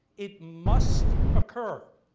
it must occur.